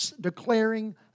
declaring